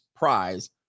prize